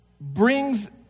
brings